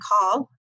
call